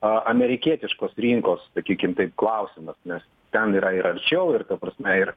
amerikietiškos rinkos sakykim taip klausimas nes ten yra ir arčiau ir ta prasme ir